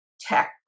Tech